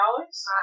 dollars